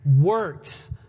works